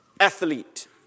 Athlete